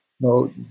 no